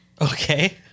Okay